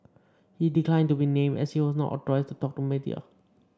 he declined to be named as he was not authorised to talk to the media